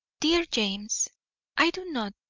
dear james i do not,